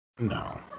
No